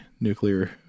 nuclear